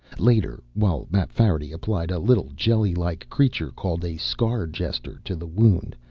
later, while mapfarity applied a little jelly-like creature called a scar-jester to the wound,